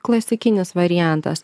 klasikinis variantas